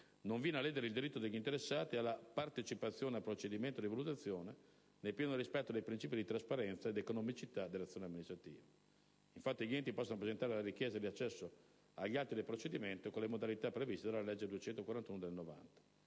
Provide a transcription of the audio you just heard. non viene a ledere il diritto degli interessati alla partecipazione al procedimento di valutazione, nel pieno rispetto dei principi di trasparenza ed economicità dell'azione amministrativa. Infatti gli enti possono presentare la richiesta di accesso agli atti del procedimento, con le modalità previste dalla legge n. 241 del 1990.